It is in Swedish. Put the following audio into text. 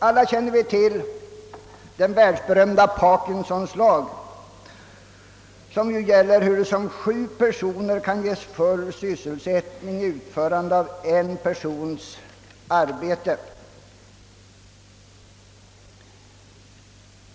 Alla känner vi till den världsberömda Parkinsons lag, som visar hurusom sju personer kan beredas full sysselsättning med utförandet av en persons arbete.